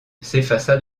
s’effaça